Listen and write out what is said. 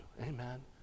Amen